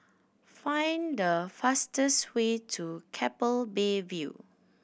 find the fastest way to Keppel Bay View